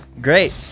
great